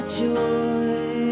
joy